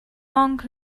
monk